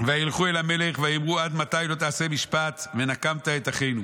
וילכו אל המלך ויאמרו עד מתי לא תעשה משפט ונקמת את אחינו.